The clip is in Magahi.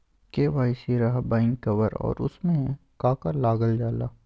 के.वाई.सी रहा बैक कवर और उसमें का का लागल जाला?